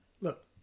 look